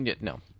no